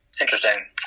Interesting